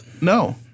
No